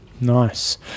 Nice